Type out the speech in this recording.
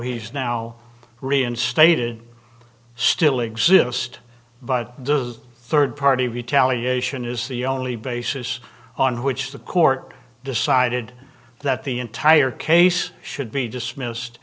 he's now reinstated still exist but does third party retaliation is the only basis on which the court decided that the entire case should be dismissed